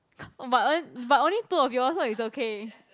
but on~ but only two of you all so it's okay